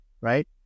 right